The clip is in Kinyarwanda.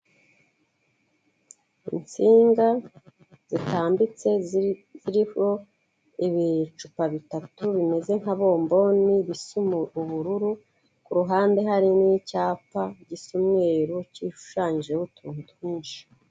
Itsinga zitambitse ziriho ibicupa bitatu bimeze nka bomboni bisa ubururu, ku ruhande hari n'icyapa gisa umweru kishushanyijeho utuntu twinshi.